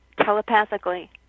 telepathically